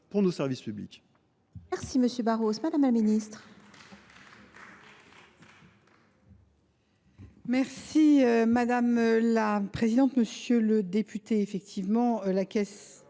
pour nos services publics